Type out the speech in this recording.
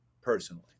personally